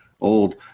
old